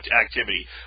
activity